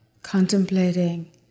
Contemplating